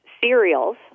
cereals